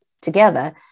together